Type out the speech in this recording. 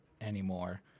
anymore